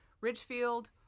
Ridgefield